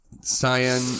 Cyan